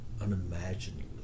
Unimaginably